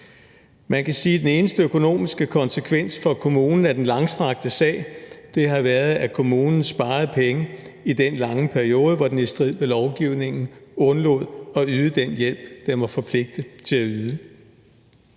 Man kan sige, at den eneste økonomiske konsekvens for kommunen af den langstrakte sag har været, at kommunen sparede penge i den lange periode, hvor den i strid med lovgivningen undlod at yde den hjælp, den var forpligtet til at yde.